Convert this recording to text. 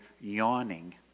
yawning